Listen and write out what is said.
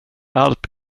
allt